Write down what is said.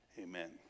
Amen